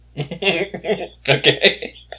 Okay